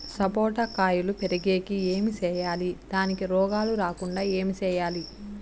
సపోట కాయలు పెరిగేకి ఏమి సేయాలి దానికి రోగాలు రాకుండా ఏమి సేయాలి?